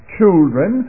children